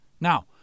Now